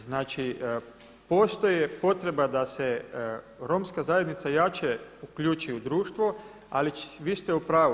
Znači postoji potreba da se romska zajednica jače uključi u društvo, ali vi ste u pravu.